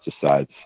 decides